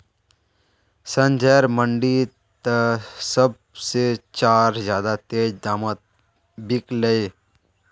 संजयर मंडी त सब से चार ज्यादा तेज़ दामोंत बिकल्ये